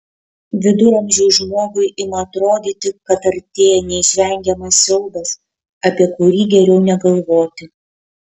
viduramžiui žmogui ima atrodyti kad artėja neišvengiamas siaubas apie kurį geriau negalvoti